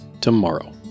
Tomorrow